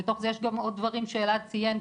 בתוך זה יש גם עוד דברים שאלעד ציין,